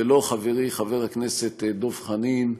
ולא, חברי חבר הכנסת דב חנין,